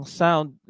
sound